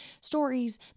stories